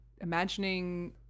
imagining